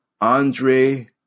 Andre